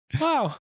Wow